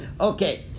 Okay